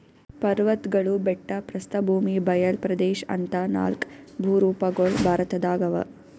ಪರ್ವತ್ಗಳು ಬೆಟ್ಟ ಪ್ರಸ್ಥಭೂಮಿ ಬಯಲ್ ಪ್ರದೇಶ್ ಅಂತಾ ನಾಲ್ಕ್ ಭೂರೂಪಗೊಳ್ ಭಾರತದಾಗ್ ಅವಾ